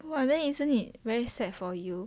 !wah! then isn't it very sad for you